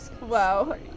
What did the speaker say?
Wow